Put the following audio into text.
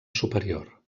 superior